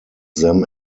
them